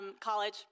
college